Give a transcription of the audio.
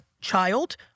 child